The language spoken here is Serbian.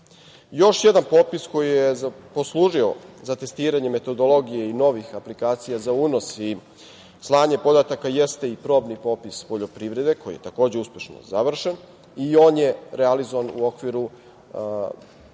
jedan popis koji je poslužio za testiranje metodologije i novih aplikacija za unos i slanje podataka jeste i probni popis poljoprivrede koji je takođe uspešno završen i on je realizovan u okviru nekog